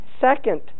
second